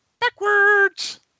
backwards